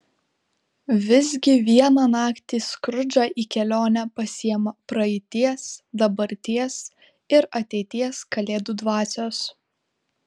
visgi vieną naktį skrudžą į kelionę pasiima praeities dabarties ir ateities kalėdų dvasios